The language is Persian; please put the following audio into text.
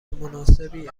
مناسبی